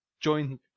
join